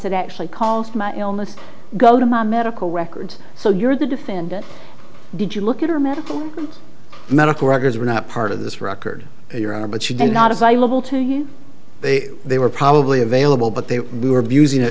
that actually cause my illness go to my medical records so you're the defendant did you look at her medical medical records were not part of this record your honor but she did not as i level tell you they they were probably available but they were abusing it